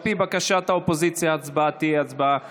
על פי בקשת האופוזיציה, ההצבעה תהיה הצבעה שמית.